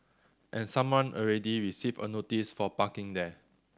and someone already received a notice for parking there